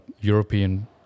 European